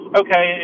okay